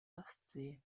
ostsee